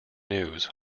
news